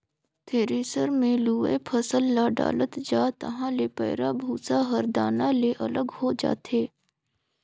thresher मे लुवय फसल ल डालत जा तहाँ ले पैराःभूसा हर दाना ले अलग हो जाथे